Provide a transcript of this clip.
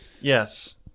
Yes